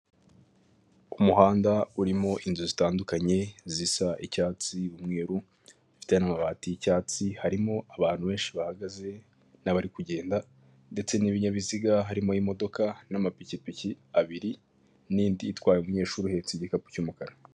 Ni mu isoko ry'ibiribwa harimo abantu bagaragara ko bari kugurisha, ndabona imboga zitandukanye, inyuma yaho ndahabona ibindi bintu biri gucuruzwa ,ndahabona ikimeze nk'umutaka ,ndahabona hirya ibiti ndetse hirya yaho hari n'inyubako.